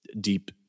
deep